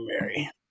Mary